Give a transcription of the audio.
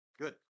Good